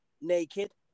naked